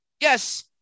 Yes